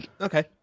okay